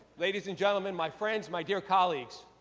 ladies and gentlemen, my friend, my dear colleagues,